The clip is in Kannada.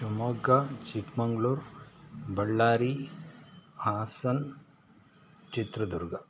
ಶಿವಮೊಗ್ಗ ಚಿಕ್ಮಗ್ಳೂರು ಬಳ್ಳಾರಿ ಹಾಸನ ಚಿತ್ರದುರ್ಗ